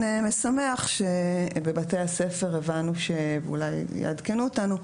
כן משמח שבבתי הספר הבנו, אולי יעדכנו אותנו,